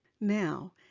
Now